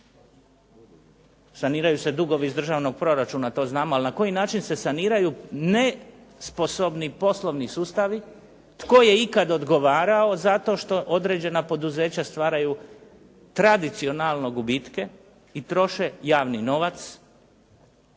Saniraju se dugovi iz državnog proračuna, to znamo, ali na koji način se saniraju, nesposobni poslovni sustavi? Tko je ikad odgovarao za to što određena poduzeća stvaraju tradicionalno gubitke i troše javi novac